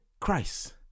Christ